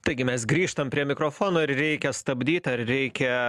taigi mes grįžtam prie mikrofonų ar reikia stabdyt ar reikia